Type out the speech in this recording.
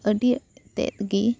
ᱟᱹᱰᱤ ᱛᱮᱫ ᱜᱤ